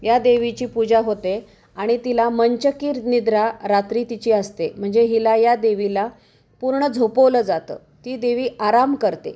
या देवीची पूजा होते आणि तिला मंचकी निद्रा रात्री तिची असते म्हणजे हिला या देवीला पूर्ण झोपवलं जातं ती देवी आराम करते